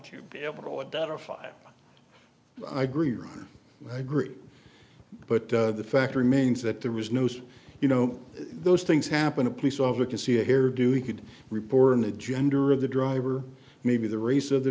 you be able identify i gree run i agree but the fact remains that there was news you know those things happen a police officer can see a hairdo he could report and the gender of the driver maybe the race of the